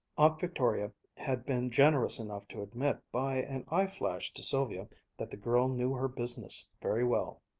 aunt victoria had been generous enough to admit by an eye-flash to sylvia that the girl knew her business very well.